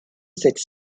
cette